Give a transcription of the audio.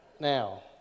now